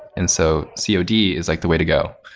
and so, cod is like the way to go.